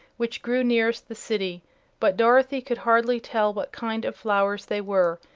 which grew nearest the city but dorothy could hardly tell what kind of flowers they were,